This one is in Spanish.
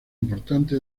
importante